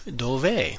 dove